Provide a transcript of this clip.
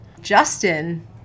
Justin